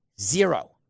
Zero